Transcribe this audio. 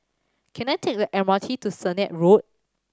can I take the M R T to Sennett Road